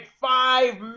five